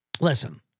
listen